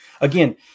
again